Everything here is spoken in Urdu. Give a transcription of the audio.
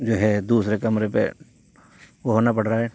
جو ہے دوسرے کمرے پہ وہ ہونا پڑ رہا ہے